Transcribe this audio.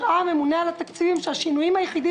הראה הממונה על התקציבים שהשינויים היחידים